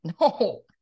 No